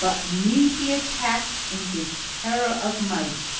but me he attacked in his terror of might,